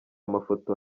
amafoto